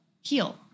heal